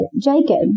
Jacob